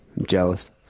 Jealous